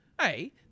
hey